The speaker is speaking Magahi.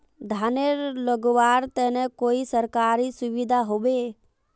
धानेर लगवार तने कोई सरकारी सुविधा होबे?